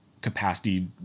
capacity